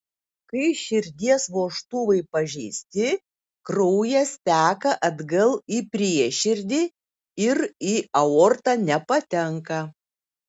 kai širdies vožtuvai pažeisti kraujas teka atgal į prieširdį ir į aortą nepatenka